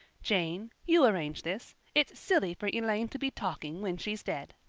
jane, you arrange this. it's silly for elaine to be talking when she's dead.